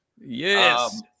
Yes